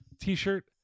t-shirt